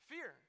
Fear